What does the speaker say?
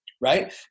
right